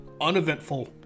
uneventful